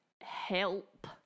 help